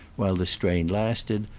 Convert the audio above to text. while the strain lasted,